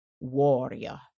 Warrior